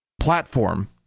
...platform